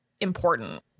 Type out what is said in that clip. important